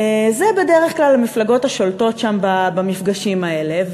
אלה בדרך כלל המפלגות השולטות שם במפגשים האלה.